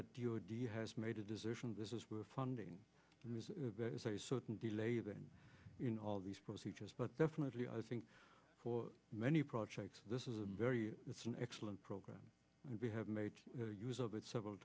has made a decision this is funding a certain delay that in all these procedures but definitely i think for many projects this is a very it's an excellent program and we have made use of it several